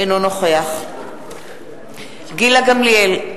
אינו נוכח גילה גמליאל,